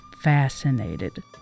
fascinated